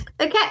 Okay